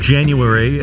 January